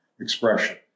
expression